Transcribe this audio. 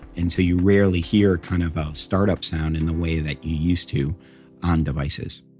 and so you rarely hear kind of a startup sound in the way that you used to on devices